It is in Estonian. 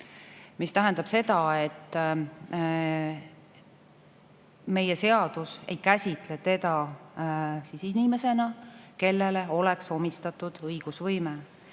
Mis tähendab seda, et meie seadus ei käsitle teda inimesena, kellele oleks omistatud õigusvõime